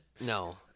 No